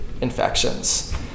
infections